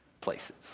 places